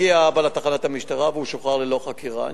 הגיע האבא לתחנת המשטרה, והוא שוחרר ללא חקירה.